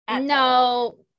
No